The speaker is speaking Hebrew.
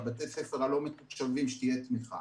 שתהיה תמיכה.